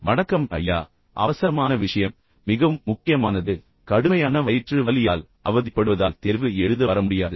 வணக்கம் ஐயா அவசரமான விஷயம் மிகவும் முக்கியமானது கடுமையான வயிற்று வலியால் அவதிப்படுவதால் தேர்வு எழுத வர முடியாது